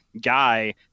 guy